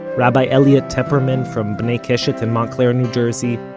rabbi elliott tepperman from bnai keshet in montclair, new jersey,